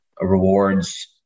rewards